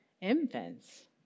infants